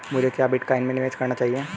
क्या मुझे बिटकॉइन में निवेश करना चाहिए?